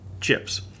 chips